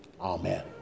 amen